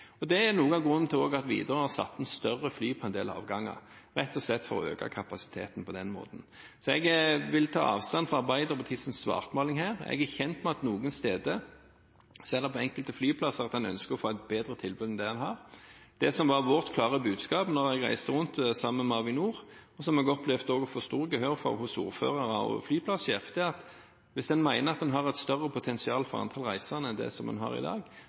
Det er også noe av grunnen til at Widerøe har satt inn større fly på en del avganger, rett og slett for å øke kapasiteten på den måten. Så jeg vil ta avstand fra Arbeiderpartiets svartmaling her. Jeg er kjent med at noen steder ønsker en på enkelte flyplasser å få et bedre tilbud enn det en har. Det som var vårt klare budskap da jeg reiste rundt sammen med Avinor, og som jeg opplevde å få stort gehør for hos ordførere og flyplassjefer, var at hvis en mener at en har større potensial for antall reisende enn det en har i dag,